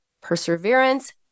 perseverance